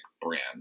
brand